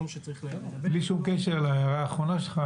בלי שום קשר להערה האחרונה שלך,